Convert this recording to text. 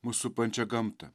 mus supančią gamtą